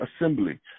Assembly